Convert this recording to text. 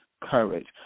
courage